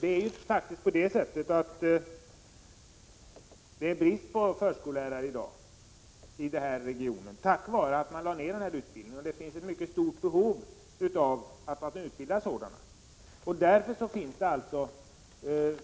Det råder brist på förskollärare i regionen i dag, eftersom man lade ner den utbildningen. Det är mycket angeläget att utbilda förskollärare. Det finns alltså